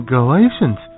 Galatians